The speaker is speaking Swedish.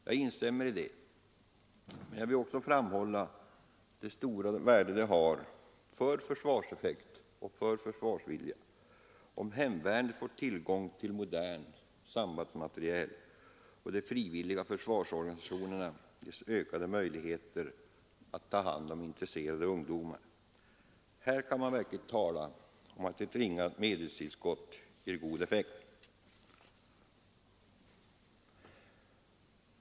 Jag instämmer i det han anförde, men jag vill därtill framhålla det stora värde det har för försvarseffekt och försvarsvilja om hemvärnet får tillgång till modern sambandsmateriel och de frivilliga försvarsorganisationerna ges ökade möjligheter att ta hand om intresserade ungdomar. Här kan man verkligen tala om att ett ringa medelstillskott ger god effekt.